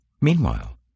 Meanwhile